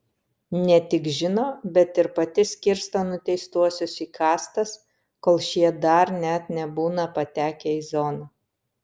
ne tik žino bet ir pati skirsto nuteistuosius į kastas kol šie dar net nebūna patekę į zoną